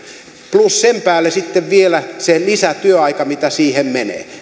plus sen päälle sitten vielä sen lisätyöajan mitä siihen menee